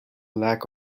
lack